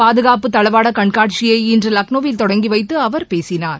பாதுகாப்பு தளவாட கண்காட்சியை இன்று லக்னோவில் தொடங்கி வைத்து அவர் பேசினார்